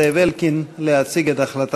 המסדרת חבר הכנסת זאב אלקין להציג את החלטת